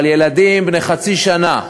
אבל ילדים בני חצי שנה,